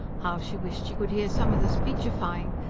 how she wished she could hear some of the speechifying!